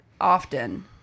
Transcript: often